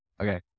Okay